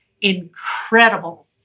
incredible